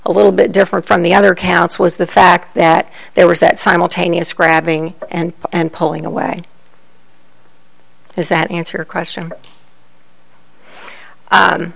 a little bit different from the other counts was the fact that there was that simultaneous grabbing and and pulling away is that answer your question